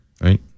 right